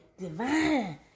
divine